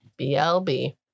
BLB